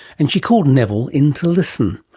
and she called neville in to listen.